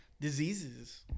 diseases